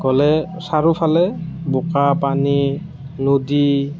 গ'লে চাৰিওফালে বোকা পানী নদী